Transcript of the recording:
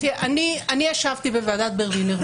ישבתי בוועדת ברלינר,